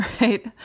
right